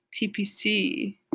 TPC